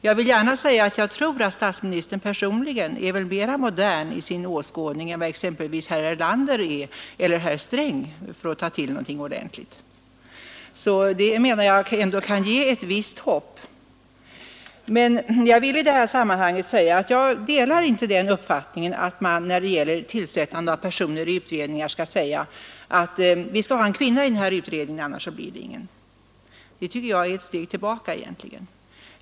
Jag vill gärna säga att jag tror att statsministern personligen är mer modern i sin åskådning än exempelvis herr Erlander eller herr Sträng — för att ta till någonting ordentligt. Jag menar att det ändå kan ge ett visst hopp. Jag delar inte uppfattningen att man, när det gäller tillsättande av personer i utredningar, skall säga: Vi skall ha en kvinna i den här utredningen, annars blir det ingen. Det tycker jag är ett steg tillbaka.